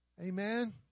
Amen